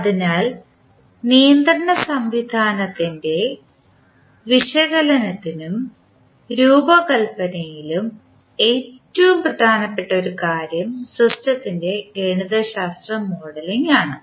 അതിനാൽ നിയന്ത്രണ സംവിധാനത്തിൻറെ വിശകലനത്തിലും രൂപകൽപ്പനയിലും ഏറ്റവും പ്രധാനപ്പെട്ട ഒരു കാര്യം സിസ്റ്റത്തിൻറെ ഗണിതശാസ്ത്ര മോഡലിംഗ് ആണ്